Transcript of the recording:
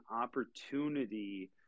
opportunity